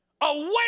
Away